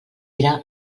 era